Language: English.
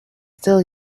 still